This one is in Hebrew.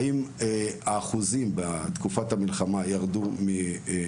האם האחוזים של הציונים בתקופת המלחמה ירדו יותר?